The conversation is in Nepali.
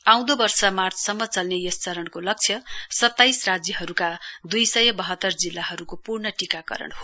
आउँदो वर्ष मार्चसम्म चल्ने यस चरणको लक्ष्य सताइस राज्यहरूमा दुई सय बहतर जिल्लाहरूको पूर्ण टीकाकरण हो